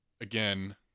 Again